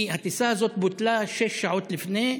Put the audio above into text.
הטיסה הזאת בוטלה שש שעות לפני,